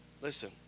Listen